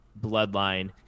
Bloodline